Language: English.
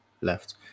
left